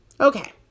Okay